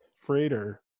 freighter